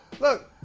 look